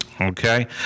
okay